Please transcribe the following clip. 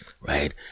right